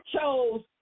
chose